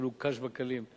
אפילו קל שבקלים,